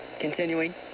continuing